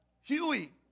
Huey